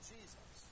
Jesus